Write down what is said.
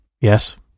Yes